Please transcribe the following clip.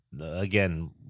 Again